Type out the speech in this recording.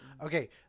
okay